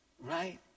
right